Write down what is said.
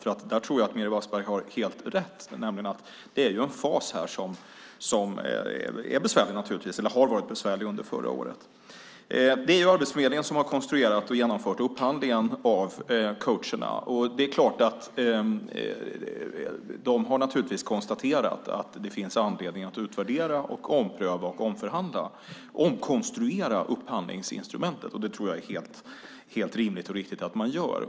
Jag tror att Meeri Wasberg har helt rätt i att det är en fas som är besvärlig, eller var besvärlig under förra året. Det är Arbetsförmedlingen som har konstruerat och genomfört upphandlingen av coacherna. De har naturligtvis konstaterat att det finns anledning att utvärdera, ompröva och omförhandla, omkonstruera, upphandlingsinstrumentet. Det tror jag är helt rimligt och riktigt att göra.